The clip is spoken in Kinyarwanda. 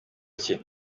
cye